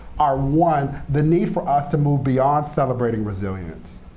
are one, the need for us to move beyond celebrating resilience.